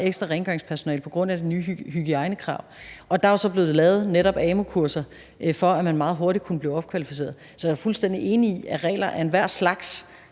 ekstra rengøringspersonale på grund af de nye hygiejnekrav. Og der er så netop blevet lavet amu-kurser, for at man meget hurtigt kunne blive opkvalificeret. Så jeg er fuldstændig enig i, at regler af enhver slags,